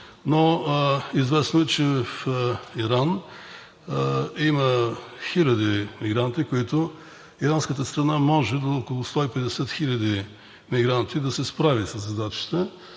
се. Известно е, че в Иран има хиляди мигранти – иранската страна може с около 150 хил. мигранти да се справи със задачата,